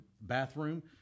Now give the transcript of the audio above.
bathroom